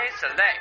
Select